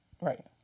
right